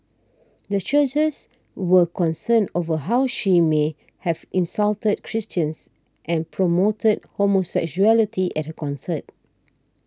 the churches were concerned over how she may have insulted Christians and promoted homosexuality at her concert